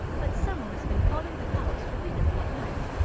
but some one has been calling the house repeatedly at night,